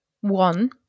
one